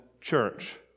church